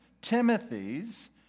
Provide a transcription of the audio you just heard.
Timothy's